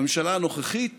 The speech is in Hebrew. בממשלה הנוכחית